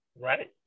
Right